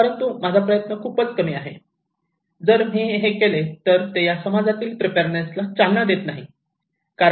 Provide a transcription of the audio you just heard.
परंतु माझा प्रयत्न खूपच कमी आहे जर मी हे केले तर ते या समाजातील प्रिपेअरनेसला चालना देत नाही